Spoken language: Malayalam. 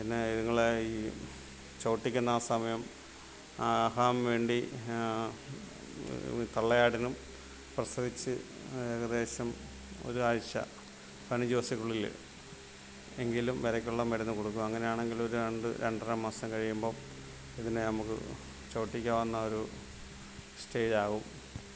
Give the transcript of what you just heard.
പിന്നെ ഇതുങ്ങളെ ഈ ചവിട്ടിക്കുന്ന ആ സമയം ആകാൻവേണ്ടി തള്ളയാടിനും പ്രസവിച്ച് ഏകദേശം ഒരാഴ്ച്ച പതിനഞ്ച് ദിവസത്തെക്കുള്ളിൽ എങ്കിലും വിരയ്ക്കുള്ള മരുന്ന് കൊടുക്കും അങ്ങനെയാണെങ്കിൽ ഒരു രണ്ട് രണ്ടര മാസം കഴിയുമ്പോൾ ഇതിനെ നമ്മൾക്ക് ചവിട്ടിക്കാവുന്ന ഒരു സ്റ്റേജാവും